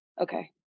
Okay